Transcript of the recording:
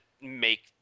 make